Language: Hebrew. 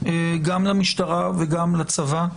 גם למשטרה וגם לצבא,